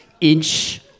inch